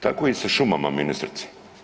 Tako i sa šumama ministrice.